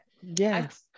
yes